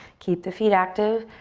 keep the feet active.